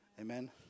Amen